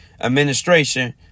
administration